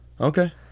Okay